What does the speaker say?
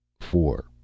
Four